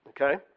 okay